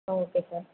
ம் okay sir